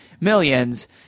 millions